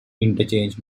interchange